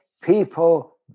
people